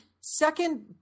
Second